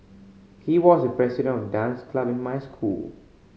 he was the president of dance club in my school